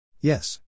Yes